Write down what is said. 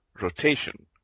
rotation